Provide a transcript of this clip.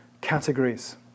categories